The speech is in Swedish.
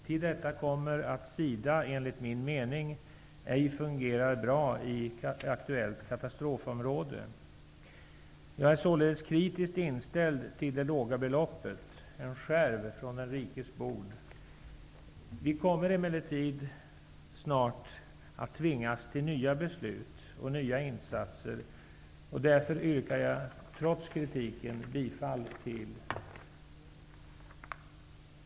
Till detta kommer att SIDA enligt min mening inte fungerar bra i det aktuella katastrofområdet. Jag är således kritiskt inställd till det låga beloppet -- en skärv från den rikes bord. Vi kommer emellertid snart att tvingas till nya beslut och nya insatser. Därför yrkar jag, trots kritiken, bifall till hemställan i utskottets betänkande.